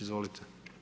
Izvolite.